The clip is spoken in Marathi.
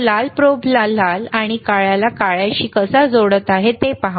तो लाल प्रोबला लाल आणि काळ्याला काळ्याशी कसा जोडत आहे ते पहा